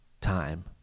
time